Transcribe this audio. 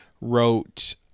wrote